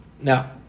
Now